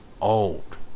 old